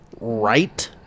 Right